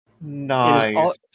Nice